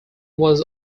was